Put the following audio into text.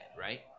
right